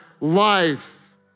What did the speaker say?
life